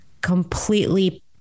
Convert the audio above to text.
completely